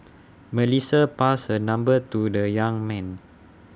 Melissa passed her number to the young man